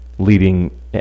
leading